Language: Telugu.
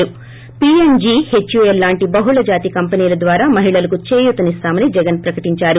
పీఅండ్జీ హెచ్యూఏల్ లాంటి బహుళ జాతి కంపెనీల ద్వారా మహిళలకు చేయూతనిస్తామని జగన్ ప్రకటించారు